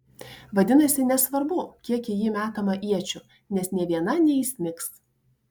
vadinasi nesvarbu kiek į jį metama iečių nes nė viena neįsmigs